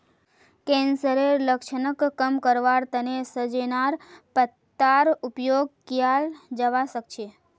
कैंसरेर लक्षणक कम करवार तने सजेनार पत्तार उपयोग कियाल जवा सक्छे